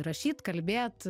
rašyt kalbėt